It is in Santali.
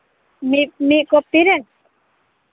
ᱢᱤᱫ ᱢᱤᱫ ᱠᱚᱯᱤ ᱨᱮ